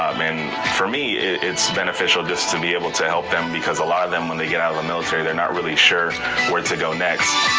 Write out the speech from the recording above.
um and for me, it's beneficial just to be able to help them because a lot of them, when they get out of the military, they're not really sure where to go next.